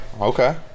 Okay